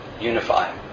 unify